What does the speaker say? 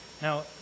Now